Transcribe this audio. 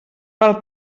pel